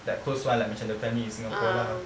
like close one ah like the family in singapore lah